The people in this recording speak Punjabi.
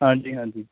ਹਾਂਜੀ ਹਾਂਜੀ